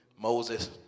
Moses